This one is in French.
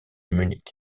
munich